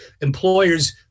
employers